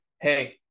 Hey